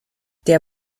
der